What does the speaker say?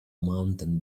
mountain